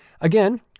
Again